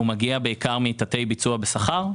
הוא מגיע בעיקר מתתי ביצוע בשכר.